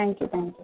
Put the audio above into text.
thank you thank you